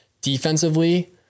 Defensively